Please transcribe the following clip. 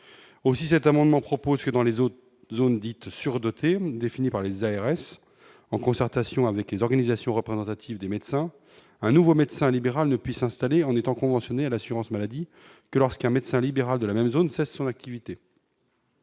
aussi cet amendement propose que dans les autres zones dites surdotées définie par les ARS en concertation avec les organisations représentatives des médecins, un nouveau médecin libéral ne puisse installer en étant conventionnés à l'assurance maladie que lorsqu'un médecin libéral de la même zone cesse son activité.